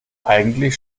eigentlich